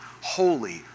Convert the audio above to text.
holy